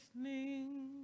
listening